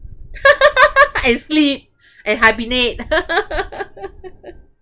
and sleep and hibernate